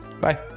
Bye